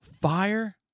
fire